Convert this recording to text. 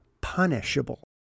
punishable